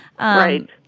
Right